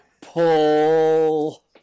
pull